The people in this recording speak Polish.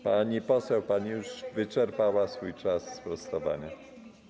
Pani poseł, pani już wyczerpała swój czas sprostowania.